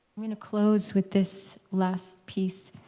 i mean close with this last piece.